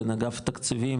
בין אגף תקציבים,